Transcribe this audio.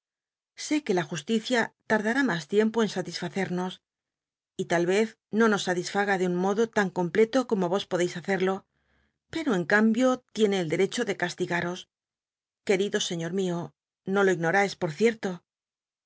sé que la justicia t rdará mas tiempo en s lisfa cernos y tal ez no nos satisfaga de un modo tan completo como vos poclcis hacerlo peto en cambio tiene el derecho de casligatos querido señor mio no lo ignorais por cierto